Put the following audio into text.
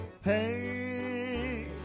Hey